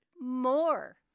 more